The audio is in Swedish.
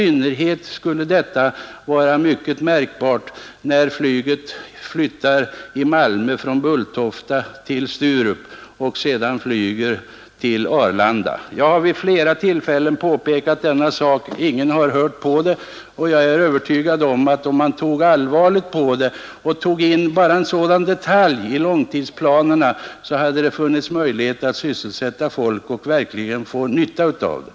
Detta blir särskilt märkbart när flygfältet i Malmö flyttar från Bulltofta till Sturup och trafiken kommer att gå på Arlanda. Jag har vid flera tillfällen påpekat detta, men ingen har lyssnat på mig. Om man såg allvarligt på detta och tog med bara en sådan detalj i långtidsplanerna, hade det funnits möjligheter att sysselsätta folk och få nytta av det.